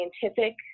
scientific